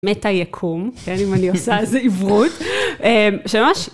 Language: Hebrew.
מטא יקום, כן, אם אני עושה איזה עיברות, שממש...